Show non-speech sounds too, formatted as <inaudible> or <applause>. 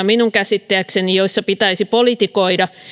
<unintelligible> minun käsittääkseni joissa pitäisi politikoida